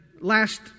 last